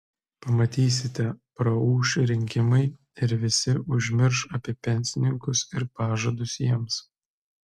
pamatysite praūš rinkimai ir visi užmirš apie pensininkus ir pažadus jiems